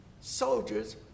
soldiers